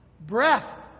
breath